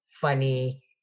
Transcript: funny